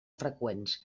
freqüents